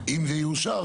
אם זה יאושר,